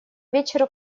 вечеру